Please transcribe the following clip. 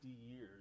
years